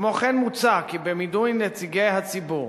כמו כן מוצע כי במינוי נציגי הציבור